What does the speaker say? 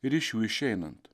ir iš jų išeinant